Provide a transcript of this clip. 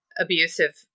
abusive